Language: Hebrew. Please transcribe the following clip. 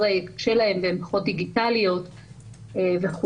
קשה להן והן פחות דיגיטליות וכו'.